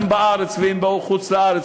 הן בארץ והן בחוץ-לארץ,